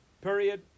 Period